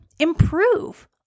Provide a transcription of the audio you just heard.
improve